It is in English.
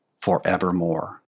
forevermore